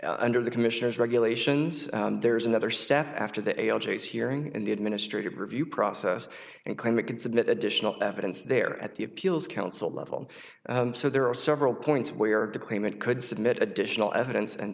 it under the commissioner's regulations there is another step after the a l j hearing and the administrative review process and claim it can submit additional evidence there at the appeals council level so there are several points where the claimant could submit additional evidence and